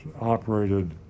operated